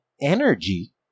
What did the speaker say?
energy